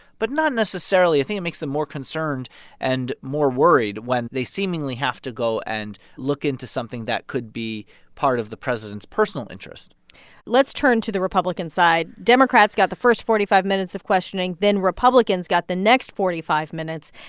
but not necessarily i think it makes them more concerned and more worried when they seemingly have to go and look into something that could be part of the president's personal interest let's turn to the republican side. democrats got the first forty five minutes of questioning, then republicans got the next forty five minutes.